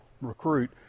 recruit